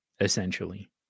essentially